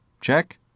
Check